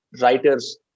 writers